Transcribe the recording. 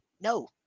No